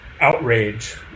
outrage